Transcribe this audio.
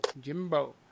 jimbo